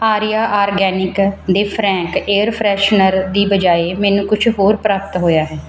Arya organic ਦੇ Frank air freshener ਦੀ ਬਜਾਏ ਮੈਨੂੰ ਕੁਛ ਹੋਰ ਪ੍ਰਾਪਤ ਹੋਇਆ ਹੈ